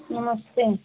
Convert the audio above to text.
नमस्ते